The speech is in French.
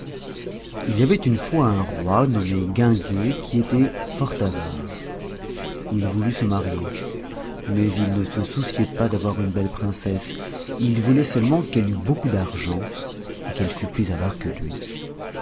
il y avait une fois un roi nommé guinguet qui était fort avare il voulut se marier mais il ne se souciait pas d'avoir une belle princesse il voulait seulement qu'elle eût beaucoup d'argent et qu'elle fût plus avare que lui